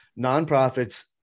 nonprofits